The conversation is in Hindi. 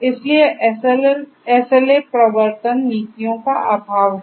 इसलिए SLA प्रवर्तन नीतियों का अभाव है